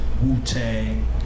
Wu-Tang